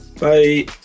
Bye